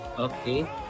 Okay